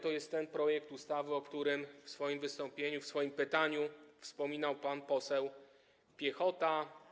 To jest ten projekt ustawy, o którym w swoim wystąpieniu, w swoim pytaniu wspominał pan poseł Piechota.